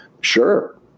Sure